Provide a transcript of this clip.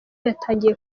yatangiye